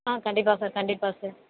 ஆ கண்டிப்பாக சார் கண்டிப்பாக சார்